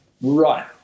Right